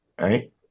Right